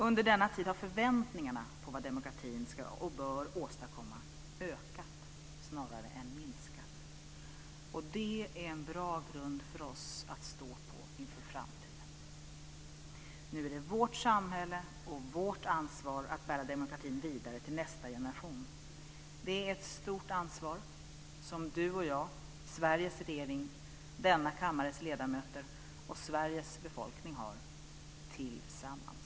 Under denna tid har förväntningarna på vad demokratin ska och bör åstadkomma ökat snarare än minskat. Det är en bra grund för oss att stå på inför framtiden. Nu är det vårt samhälle och vårt ansvar att bära demokratin vidare till nästa generation. Det är ett stort ansvar som du och jag, Sveriges regering, denna kammares ledamöter och Sveriges befolkning har tillsammans.